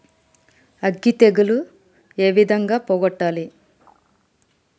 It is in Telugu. అగ్గి తెగులు ఏ విధంగా పోగొట్టాలి?